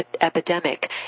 Epidemic